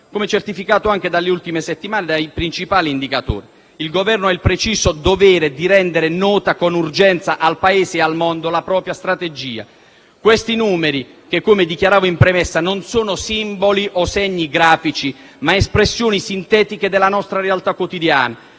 come certificato anche nelle ultime settimane dai principali indicatori, il Governo ha il preciso dovere di rendere nota con urgenza al Paese e al mondo la propria strategia. Questi numeri che - come dichiaravo in premessa - non sono simboli o segni grafici, ma espressioni sintetiche della nostra realtà quotidiana,